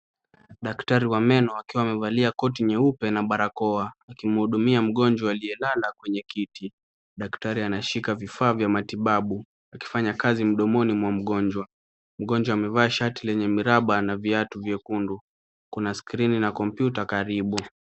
Daktari wa meno akiwa amevalia koti nyeupe na barakoa akimhudumia mgonjwa aliyelala kwenye kiti. Daktari anashika vifaa vya matibabu akifanya kazi mdomoni mwa mgonjwa. Mgonjwa amevaa shati lenye miraba na viatu vyekundu kuna skrini na computer karibu.